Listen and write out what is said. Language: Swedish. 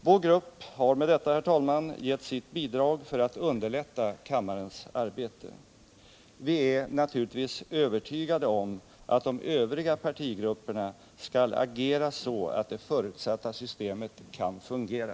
Vår grupp har med detta, herr talman, gett sitt bidrag för att underlätta kammarens arbete. Vi är naturligtvis övertygade om att de övriga partigrupperna skall agera så, att det förutsatta systemet kan fungera.